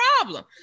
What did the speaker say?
problem